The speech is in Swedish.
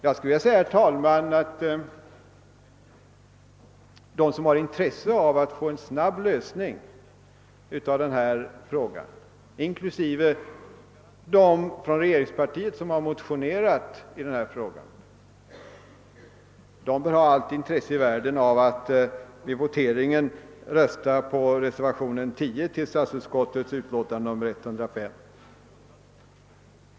Jag skulle vilja säga, herr talman, att de som vill verka för en snabb lösning av denna fråga, inklusive de ledamöter av. regeringspartiet som har motionerat i saken, bör ha allt intresse i världen av att vid voteringen rösta på reservationen 10 till statsutskottets utlåtande nr 105.